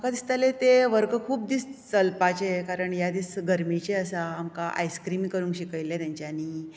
म्हाका दिसताले ते वर्ग खूब दीस चलपाचे कारण ह्या दीस गर्मेचे आसात आमकां आयस्क्रीम करूंक शिकयले तेंच्यांनी